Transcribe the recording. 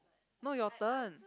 no your turn